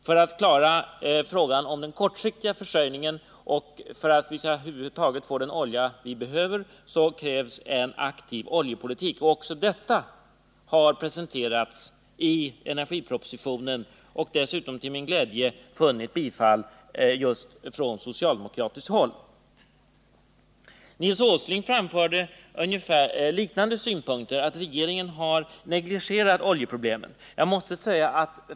För att klara den kortsiktiga försörjningen och över huvud taget få den olja vi behöver krävs en aktiv oljepolitik. Sådana förslag har också presenterats i energipropositionen och dessutom till min glädje vunnit bifall just från socialdemokratiskt håll. Nils Åsling framförde liknande synpunkter, nämligen att regeringen har negligerat oljeproblemet.